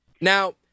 Now